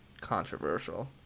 controversial